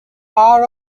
power